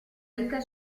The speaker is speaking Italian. ricca